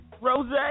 Rose